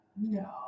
No